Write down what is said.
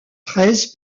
treize